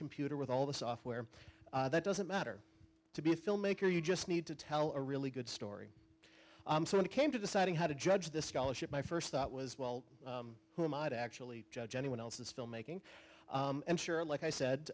computer with all the software that doesn't matter to be a filmmaker you just need to tell a really good story so when it came to deciding how to judge the scholarship my first thought was well who might actually judge anyone else's filmmaking i'm sure like i said